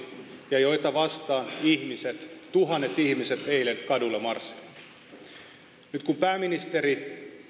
ja joita vastaan ihmiset tuhannet ihmiset eilen kaduilla marssivat nyt kun pääministeri